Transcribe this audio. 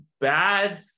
Bad